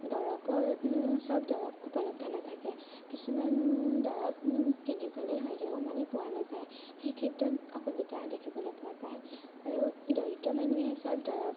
দৰৱৰ সব দৰৱ উপলব্ধ নেথাকে কিছুমান দৰব কিনিবলৈ হ'লেও মানে পোৱা নাযায় সেইক্ষেত্ৰত অসুবিধা দেখিবলৈ পোৱা যায় আৰু দৰিদ্ৰ মানুহে সব দৰৱ